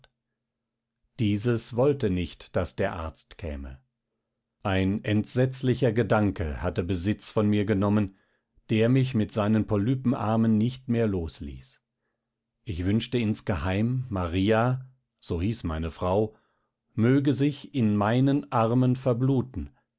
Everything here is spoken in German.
dieses wollte nicht daß der arzt käme ein entsetzlicher gedanke hatte besitz von mir genommen der mich mit seinen polypenarmen nicht mehr losließ ich wünschte insgeheim maria so hieß meine frau möge sich in meinen armen verbluten